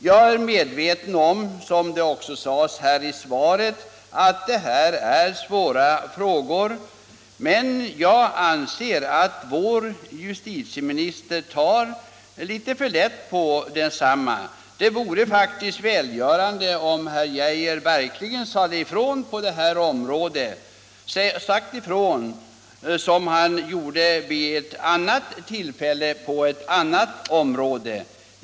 Jag är medveten om att det här, som justitieministern också sade i svaret, är svåra frågor, men jag anser att vår justitieminister tar litet för lätt på dem. Det hade varit välgörande om herr Geijer verkligen sagt ifrån på det här området, som han gjorde vid ett annat tillfälle på ett annat område.